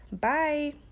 Bye